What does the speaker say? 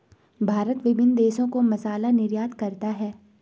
भारत विभिन्न देशों को मसाला निर्यात करता है